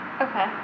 Okay